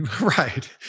Right